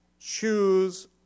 choose